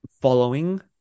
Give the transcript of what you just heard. following